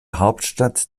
hauptstadt